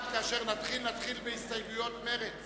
נתחיל, נתחיל בהסתייגות מרצ